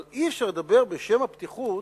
אבל אי-אפשר לדבר בשם הפתיחות,